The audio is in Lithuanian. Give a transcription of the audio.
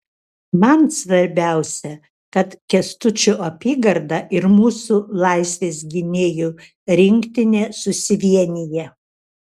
man svarbiausia kad kęstučio apygarda ir mūsų laisvės gynėjų rinktinė susivienija